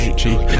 cheap